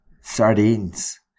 sardines